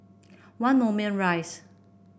One Moulmein Rise